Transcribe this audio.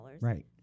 right